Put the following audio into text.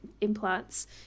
implants